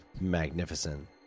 magnificent